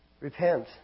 Repent